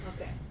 okay